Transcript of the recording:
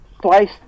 twice